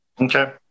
Okay